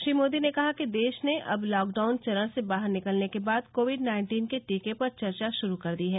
श्री मोदी ने कहा कि देश ने अब लॉकडाउन चरण से बाहर निकलने के बाद कोविड नाइन्टीन के टीके पर चर्चा शुरू कर दी है